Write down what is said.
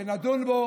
ונדון בו